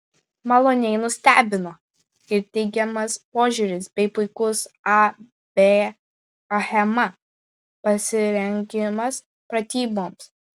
maloniai nustebino ir teigiamas požiūris bei puikus ab achema pasirengimas pratyboms